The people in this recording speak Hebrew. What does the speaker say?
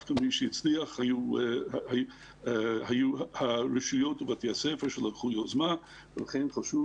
דווקא מי שהצליח היו הרשויות ובתי הספר שלקחו יוזמה ולכן חשוב